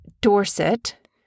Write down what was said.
Dorset